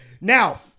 Now